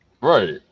right